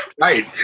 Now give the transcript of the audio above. Right